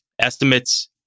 estimates